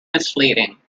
misleading